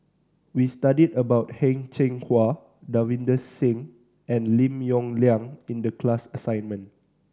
we studied about Heng Cheng Hwa Davinder Singh and Lim Yong Liang in the class assignment